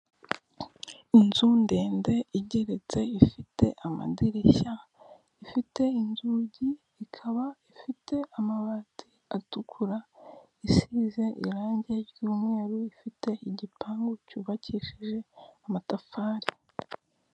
Inzu ndende igeretse ifite amadirishya ifite inzugi ikaba ifite amabati atukura isize irangi ry'umweru ifite igipangu cy’ ubakishije amatafari.